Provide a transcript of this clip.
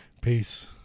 Peace